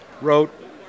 wrote